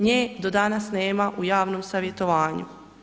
Nje do danas nema u javnom savjetovanju.